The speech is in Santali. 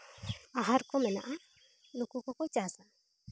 ᱟᱦᱟᱨ ᱠᱚ ᱢᱮᱱᱟᱜᱼᱟ ᱩᱱᱠᱩ ᱠᱚᱠᱚ ᱪᱟᱥᱼᱟ